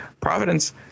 Providence